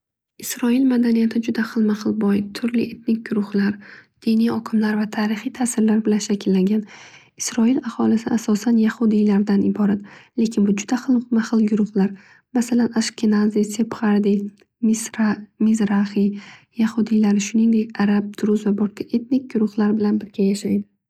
Isroil madaniyati juda xilma xil boy. Turli etnik guruhlar, diniy oqimlar va tarixiy tasirlar bilan shakllangan. Isroil aholisi asosan yahudiylardan iborat. Lekin bu juda hilma hil guruhlar. Masalan ashkinazi, sephadi, misra- mizrahi. Yahudiylar shuningdek arab, truza va boshqa etnik guruhlar bilan yashaydi.